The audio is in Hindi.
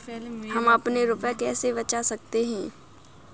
हम अपने रुपये कैसे बचा सकते हैं?